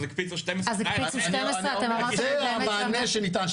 אז הקפיצו 12. אני מדבר על המענה שניתן,